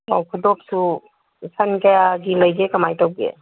ꯈꯨꯗꯣꯞꯁꯨ ꯁꯟ ꯀꯌꯥꯒꯤ ꯂꯩꯒꯦ ꯀꯃꯥꯏꯅ ꯇꯧꯒꯦ